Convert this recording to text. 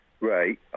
Right